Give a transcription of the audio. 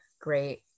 great